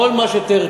כל מה שתרצו,